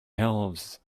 elves